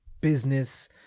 business